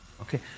Okay